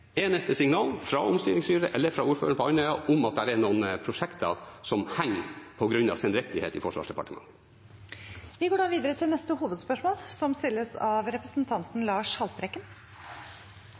signal fra omstillingsstyret eller fra ordføreren på Andøya om at det er noen prosjekter som henger på grunn av sendrektighet i Forsvarsdepartementet. Vi går videre til neste hovedspørsmål.